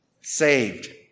saved